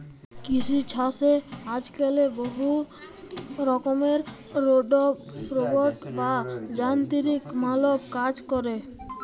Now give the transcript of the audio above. কিসি ছাসে আজক্যালে বহুত রকমের রোবট বা যানতিরিক মালব কাজ ক্যরে